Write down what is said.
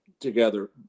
together